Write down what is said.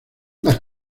las